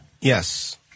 Yes